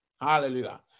Hallelujah